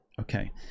okay